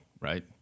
right